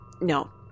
No